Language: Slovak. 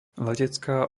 letecká